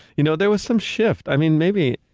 you know, there was some shift. i mean, maybe,